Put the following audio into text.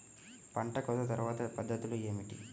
పంట కోత తర్వాత పద్ధతులు ఏమిటి?